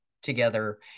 together